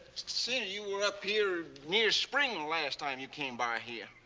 say, you were up here near spring the last time you came by here.